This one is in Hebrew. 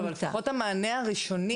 אבל לפחות המענה הראשוני.